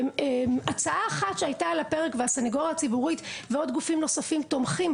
הצעה אחת שהייתה על הפרק והסנגוריה הציבורית ועוד גופים נוספים תומכים,